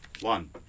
One